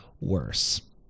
worse